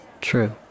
true